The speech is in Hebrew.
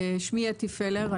שמי אתי פלר,